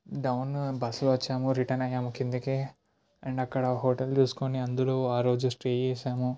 down బస్సులో వచ్చాము కిందికి అండ్ అక్కడ ఒక హోటల్ తీసుకొని అందులో ఆరోజు స్టే చేసాము